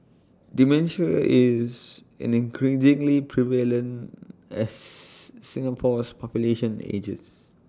dementia is increasingly prevalent as Singapore's population ages